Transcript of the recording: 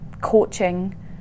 coaching